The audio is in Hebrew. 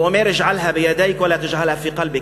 הוא אומר: אג'עלהא בידיכ ולא תג'עלהא פי קלבכ.